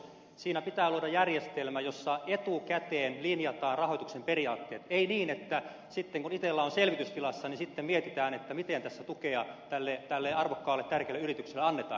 siinä pitää luoda järjestelmä jossa etukäteen linjataan rahoituksen periaatteet ei niin että sitten kun itella on selvitystilassa sitten mietitään miten tässä tukea tälle arvokkaalle tärkeälle yritykselle annetaan